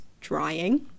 drying